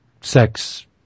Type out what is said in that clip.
sex